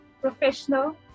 professional